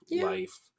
life